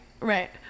right